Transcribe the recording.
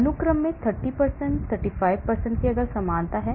अनुक्रम में 30 35 समानता है